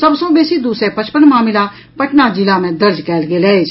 सभ सँ बेसी दू सय पचपन मामिला पटना जिला मे दर्ज कयल गेल अछि